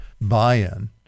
buy-in